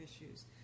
issues